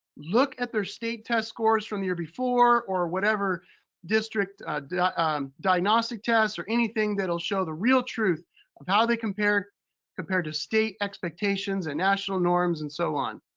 look at their state test scores from the year before or whatever district diagnostic tests or anything that'll show the real truth of how they compare compare to state expectations and national norms and so on.